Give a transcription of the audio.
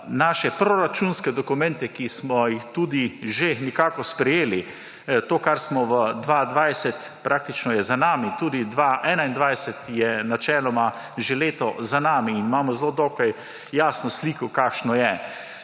naše proračunske dokumente, ki smo jih tudi že nekako sprejeli. To, kar smo v 2022, praktično je za nami. Tudi 2021 je načeloma že leto za nami in imamo zelo dokaj jasno sliko, kakšno je.